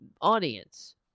audience